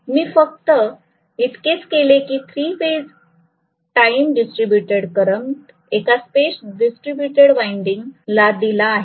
मी फक्त इतकेच केले की three phase time distributed current एका स्पेस डिस्ट्रीब्यूटेड वाइंडिंग ला दिला आहे